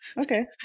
okay